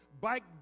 bike